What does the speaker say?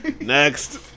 Next